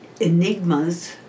Enigmas